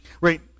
right